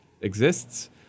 exists